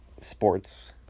sports